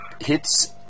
hits